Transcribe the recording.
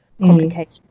complication